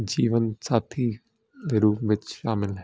ਜੀਵਨ ਸਾਥੀ ਦੇ ਰੂਪ ਵਿੱਚ ਸ਼ਾਮਲ ਹੈ